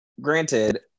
granted